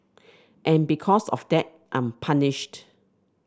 and because of that I'm punished